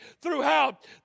throughout